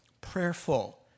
prayerful